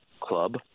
club